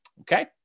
Okay